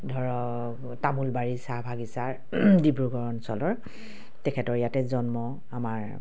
ধৰক তামোলবাৰী চাহ বাগিচা ডিব্ৰুগড় অঞ্চলৰ তেখেতৰ ইয়াতে জন্ম আমাৰ